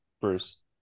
Bruce